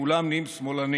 כולם נהיים שמאלנים.